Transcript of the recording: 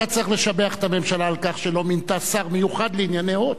אתה צריך לשבח את הממשלה על כך שלא מינתה שר מיוחד לענייני "הוט".